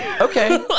Okay